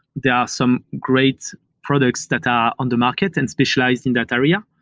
there are some great products that are on the market and specialize in that area.